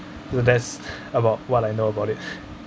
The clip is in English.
that's about what I know about it